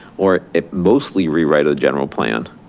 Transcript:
or it mostly rewrite a general plan